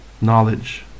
Knowledge